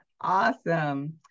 Awesome